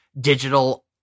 digital